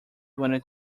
wanted